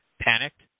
panicked